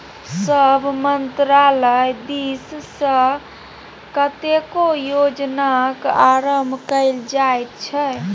सभ मन्त्रालय दिससँ कतेको योजनाक आरम्भ कएल जाइत छै